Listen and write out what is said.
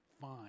fine